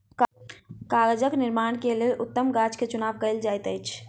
कागज़ निर्माण के लेल उत्तम गाछ के चुनाव कयल जाइत अछि